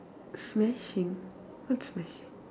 smashing what smashing